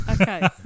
Okay